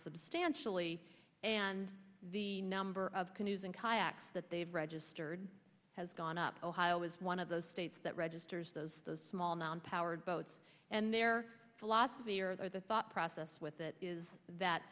substantially and the number of canoes and kayaks that they've registered has gone up ohio is one of those states that registers those those small amount powered boats and their philosophy or the thought process with that is that